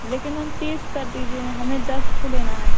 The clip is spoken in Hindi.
लेकिन मैम तीस कर दीजिए हमें दस ठू लेना है